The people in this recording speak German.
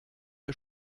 ihr